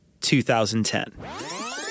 2010